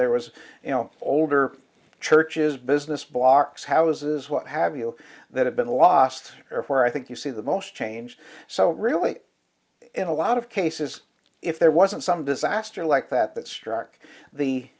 there was you know older churches business blocks houses what have you that have been lost or where i think you see the most change so really in a lot of cases if there wasn't some disaster like that that struck the